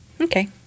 Okay